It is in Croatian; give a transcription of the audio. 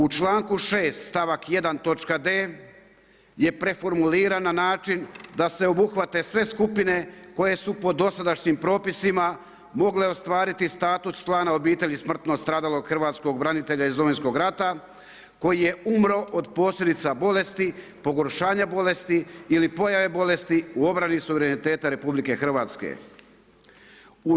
U članku 6. stavak 1. točka d) je preformulirana na način da se obuhvate sve skupine koje su po dosadašnjim propisima mogle ostvariti status člana obitelji smrtno stradalog hrvatskog branitelja iz Domovinskog rata koji je umro od posljedica bolesti, pogoršanja bolesti ili pojave bolesti u obrani suvereniteta Republike Hrvatske.